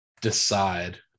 decide